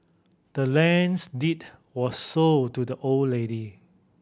the land's deed was sold to the old lady